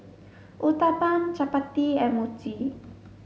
Uthapam Chapati and Mochi